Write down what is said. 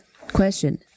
Question